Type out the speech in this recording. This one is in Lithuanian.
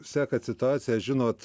sekat situaciją žinot